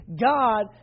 God